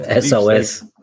SOS